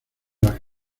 las